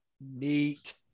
Neat